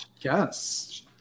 Yes